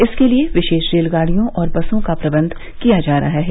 इसके लिए विशेष रेलगाड़ियों और बसों का प्रबंध किया जा रहा है